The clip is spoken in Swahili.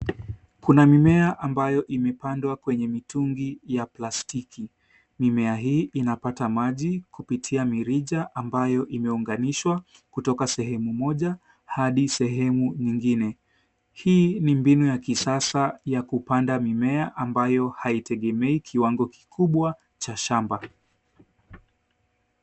Kuna mimea ambayo imepandwa kwenye mitungi ya plastiki. Mimea hii inapata maji kupitia mirija ambayo imeunganishwa kutoka sehemu moja hadi sehemu nyingine. Hii ni mbinu ya kisasa ya kupanda mimea ambayo haitegemei kiwango kikubwa cha shamba.